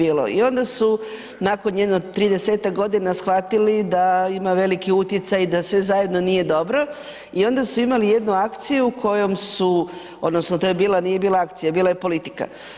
I onda su nakon jedno 30-tak godina shvatili da imaju veliki utjecaj i da sve zajedno nije dobro i onda su imali jednu akciju kojom su, odnosno, to je bila, nije bila akcija, bila je politika.